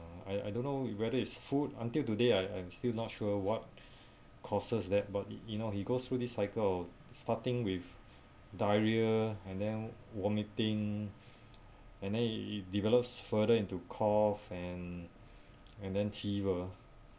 uh I I don't know whether is food until today I I'm still not sure what causes that but you you know he goes through this cycle of starting with diarrhea and then vomiting and then he develops further into cough and and then fever